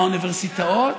האוניברסיטאות,